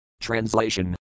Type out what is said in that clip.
Translation